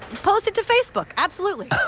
post it to facebook, absolutely.